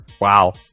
Wow